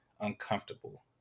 uncomfortable